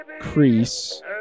crease